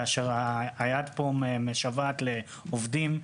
כאשר היד פה משוועת לעובדים,